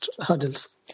hurdles